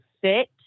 fit